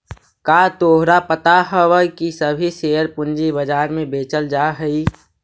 का तोहरा पता हवअ की सभी शेयर पूंजी बाजार में बेचल जा हई